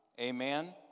Amen